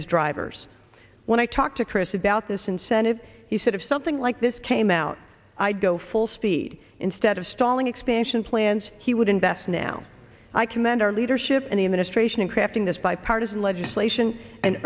his drivers when i talked to chris about this incentive he said if something like this came out i'd go full speed instead of stalling expansion plans he would invest now i commend our leadership and the administration in crafting this bipartisan legislation and